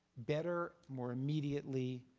better, more immediately,